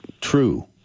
true